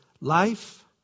life